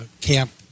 camp